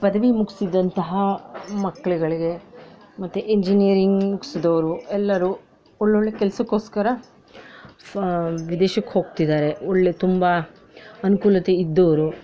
ಪದವಿ ಮುಗಿಸಿದಂತಹ ಮಕ್ಕಳುಗಳಿಗೆ ಮತ್ತು ಇಂಜಿನಿಯರಿಂಗ್ ಮುಗ್ಸಿದವ್ರು ಎಲ್ಲರೂ ಒಳ್ಳೊಳ್ಳೆ ಕೆಲ್ಸಕ್ಕೋಸ್ಕರ ಸ ವಿದೇಶಕ್ಕೆ ಹೋಗ್ತಿದ್ದಾರೆ ಒಳ್ಳೆಯ ತುಂಬ ಅನುಕೂಲತೆ ಇದ್ದೋರು